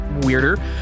Weirder